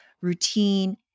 routine